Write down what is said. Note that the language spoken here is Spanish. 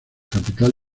capital